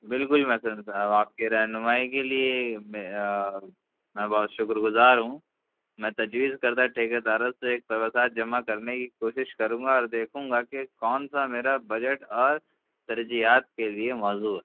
بالکل میسن صاحب آپ کی رہنمائی کے لیے میں بہت شُکر گزار ہوں میں تجویز کردہ ٹھیکے داروں سے ساتھ جمع کرنے کی کوشش کروں گا اور دیکھوں گا کہ کون سا میرا بجٹ اور ترجیحات کے لیے موزوں ہے